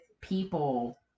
people